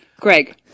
Greg